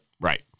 Right